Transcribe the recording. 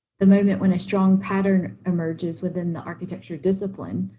the moment when a strong pattern emerges within the architecture discipline,